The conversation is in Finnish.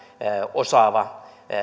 osaava